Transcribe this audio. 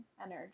energy